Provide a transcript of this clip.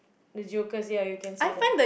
the jokers ya you can say that